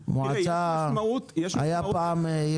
היה פעם את